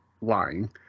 lying